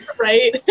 right